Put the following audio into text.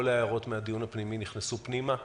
כל ההערות מהדיון הפנימי נכנסו ויכללו